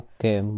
Okay